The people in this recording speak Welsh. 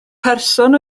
person